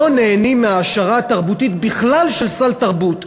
לא נהנים מהעשרה תרבותית של סל תרבות בכלל.